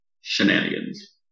shenanigans